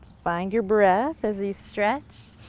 find your breath as you stretch